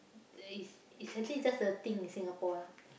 d~ is is actually just a thing in Singapore ya